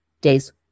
Days